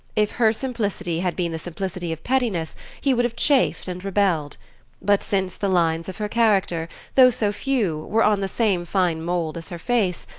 if her simplicity had been the simplicity of pettiness he would have chafed and rebelled but since the lines of her character, though so few, were on the same fine mould as her face,